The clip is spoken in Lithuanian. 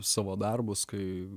savo darbus kai